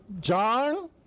John